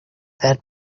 that